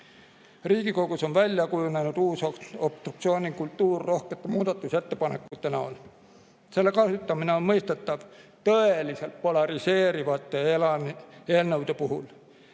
Riigikogus on välja kujunenud uus obstruktsioonikultuur rohkete muudatusettepanekute näol. Selle kasutamine on mõistetav tõeliselt polariseerivate eelnõude puhul,